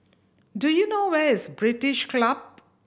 do you know where is British Club